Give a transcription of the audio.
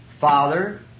Father